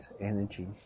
energy